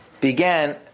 began